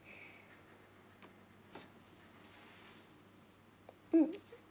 mm